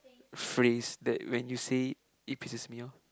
phrase that when you say it it pisses me off